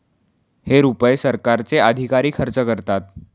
हे रुपये सरकारचे अधिकारी खर्च करतात